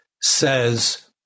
says